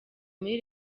muri